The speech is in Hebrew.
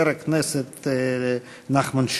חבר הכנסת נחמן שי.